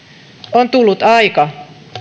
on tullut aika